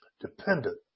dependent